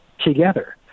together